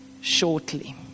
shortly